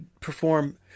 perform